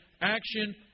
action